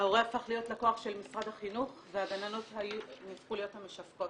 ההורה הפך להיות לקוח של משרד החינוך והגננות הפכו להיות המשווקות.